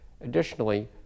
Additionally